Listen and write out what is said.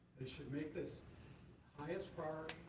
they should make this highest priority, a